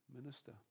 minister